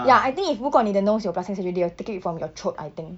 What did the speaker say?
ya I think if 如果你的 nose 有 plastic surgery they will take it from your throat I think